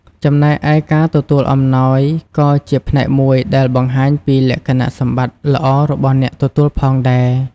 ចំណែកឯការទទួលអំណោយក៏ជាផ្នែកមួយដែលបង្ហាញពីលក្ខណៈសម្បត្តិល្អរបស់អ្នកទទួលផងដែរ។